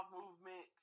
movement